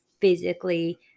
physically